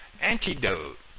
antidote